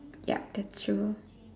yup that's true